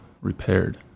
repaired